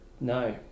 No